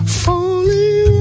falling